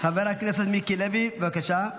חבר הכנסת מיקי לוי, בבקשה,